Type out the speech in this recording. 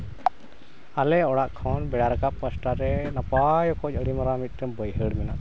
ᱟᱞᱮ ᱚᱲᱟᱜ ᱠᱷᱚᱱ ᱵᱮᱲᱟ ᱨᱟᱠᱟᱵ ᱯᱟᱥᱴᱟ ᱨᱮ ᱱᱟᱯᱟᱭ ᱚᱠᱚᱡ ᱟᱹᱰᱤ ᱢᱟᱨᱟᱝ ᱵᱟᱹᱭᱦᱟᱹᱲ ᱢᱮᱱᱟᱜ ᱛᱟᱞᱮᱭᱟ